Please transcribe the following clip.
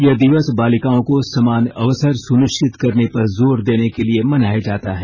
यह दिवस बालिकाओं को समान अवसर सुनिश्चित करने पर जोर देने के लिए मनाया जाता है